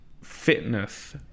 fitness